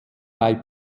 bei